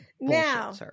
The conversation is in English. Now